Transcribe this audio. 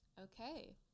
Okay